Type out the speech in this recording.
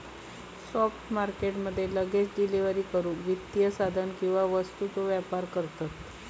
spot market मध्ये लगेच delivery करूक वित्तीय साधन किंवा वस्तूंचा व्यापार करतत